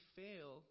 fail